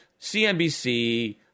CNBC